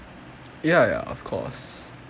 ya ya of course